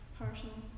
personal